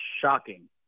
shocking